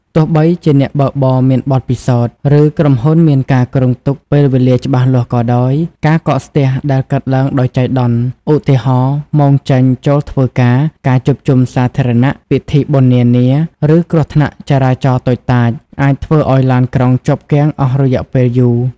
ទោះបីជាអ្នកបើកបរមានបទពិសោធន៍ ឬក្រុមហ៊ុនមានការគ្រោងទុកពេលវេលាច្បាស់លាស់ក៏ដោយ ការកកស្ទះដែលកើតឡើងដោយចៃដន្យ ឧទាហរណ៍ ម៉ោងចេញ ចូលធ្វើការ ការជួបជុំសាធារណៈ ពិធីបុណ្យនានា ឬគ្រោះថ្នាក់ចរាចរណ៍តូចតាច អាចធ្វើឱ្យឡានក្រុងជាប់គាំងអស់រយៈពេលយូរ។